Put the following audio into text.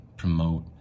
promote